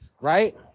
right